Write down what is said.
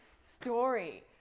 story